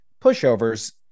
pushovers